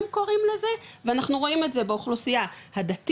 הם קוראים לזה ואנחנו רואים את זה באוכלוסייה הדתית,